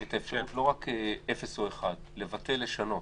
את האפשרות לא רק אפס או אחד, לבטל, לשנות,